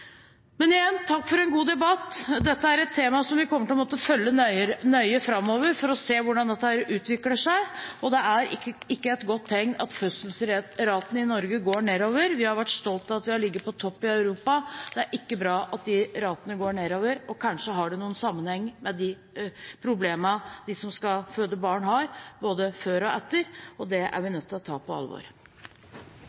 Igjen: Takk for en god debatt. Dette er et tema som vi kommer til å måtte følge nøye framover, for å se hvordan det utvikler seg. Det er ikke et godt tegn at fødselsraten i Norge går nedover. Vi har vært stolte av at vi har ligget på topp i Europa, det er ikke bra at denne raten går nedover. Kanskje har det sammenheng med de problemene de som skal føde barn, har – både før og etter. Det er vi nødt til å ta på alvor.